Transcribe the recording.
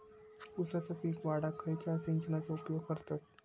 ऊसाचा पीक वाढाक खयच्या सिंचनाचो उपयोग करतत?